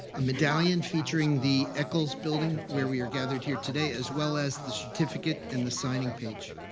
a medallion featuring the eccles building, where we are gathered here today, as well as the certificate and the signing page.